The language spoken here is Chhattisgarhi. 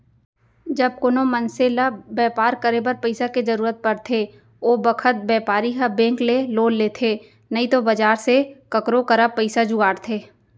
जब कोनों मनसे ल बैपार करे बर पइसा के जरूरत परथे ओ बखत बैपारी ह बेंक ले लोन लेथे नइतो बजार से काकरो करा पइसा जुगाड़थे